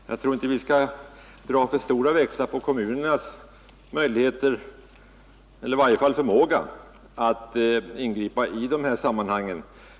Herr talman! Bara helt kort: Jag tror inte att vi skall dra för stora växlar på kommunernas möjligheter, eller i varje fall förmåga att ingripa i de här sammanhangen.